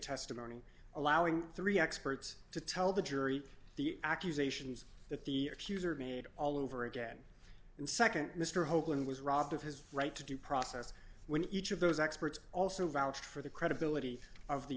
testimony allowing three experts to tell the jury the accusations that the accuser made all over again and nd mr hoagland was robbed of his right to due process when each of those experts also vouched for the credibility of the